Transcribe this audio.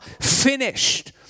finished